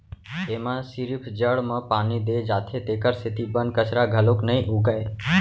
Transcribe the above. एमा सिरिफ जड़ म पानी दे जाथे तेखर सेती बन कचरा घलोक नइ उगय